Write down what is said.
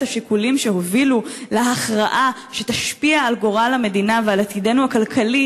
השיקולים שהובילו להכרעה שתשפיע על גורל המדינה ועל עתידנו הכלכלי,